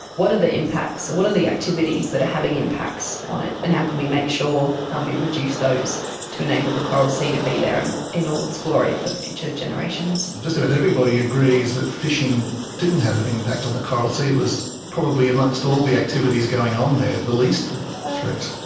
what are the impacts, what are the activities that are having impacts on it and how can we make sure um we reduce those to enable the coral sea to be there and in all its glory for future generations. just about everybody agrees that fishing didn't have an impact on the coral sea, it was probably amongst all the activities going on there the least threat.